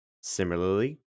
Similarly